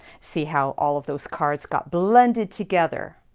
see how all of those cards got blended together?